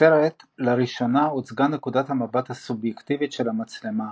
בסרט לראשונה הוצגה נקודת המבט הסובייקטיבית של המצלמה,